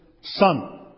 son